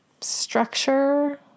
structure